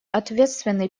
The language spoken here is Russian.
ответственны